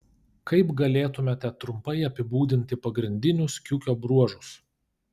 kaip galėtumėte trumpai apibūdinti pagrindinius kiukio bruožus